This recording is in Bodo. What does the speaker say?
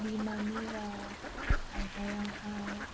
बिमानि राव आयदायावहाय